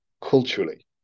culturally